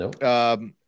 no